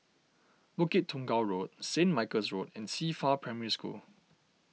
Bukit Tunggal Road same Michael's Road and Qifa Primary School